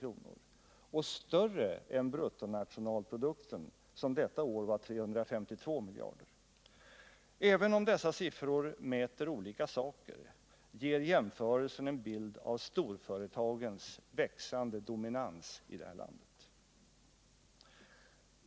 Den var större än bruttonationalprodukten, som detta år var 352 miljarder. Även om dessa siffror mäter olika saker, ger jämförelsen en bild av storföretagens växande dominans i detta land.